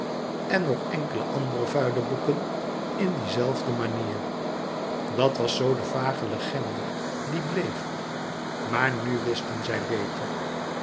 en dan nog enkele andere vuile boeken in die zelfde manier dat was zoo de vage legende die bleef maar nu wisten zij beter